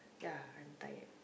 ya I'm tired